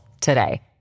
today